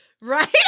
Right